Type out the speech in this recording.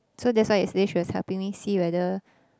so that's why yesterday she was helping me see whether